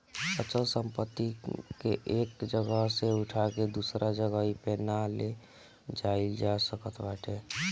अचल संपत्ति के एक जगह से उठा के दूसरा जगही पे ना ले जाईल जा सकत बाटे